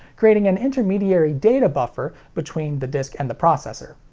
creating an intermediary data buffer between the disc and the processor.